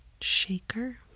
shaker